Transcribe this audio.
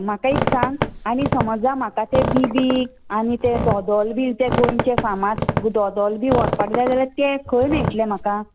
म्हाका एक सांग आनी समजा म्हाका तें बीबींक आनी तें दोदोल बी तें गोंयचें फामाद दोदोल बी व्हरपाक जाय जाल्यार तें खंय मेळटले म्हाका